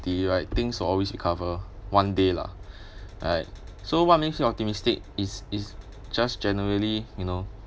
right things will always recover one day lah alright so what makes me optimistic is is just generally you know